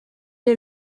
est